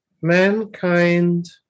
mankind